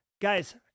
guys